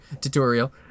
tutorial